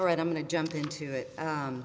right i'm going to jump into it